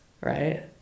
right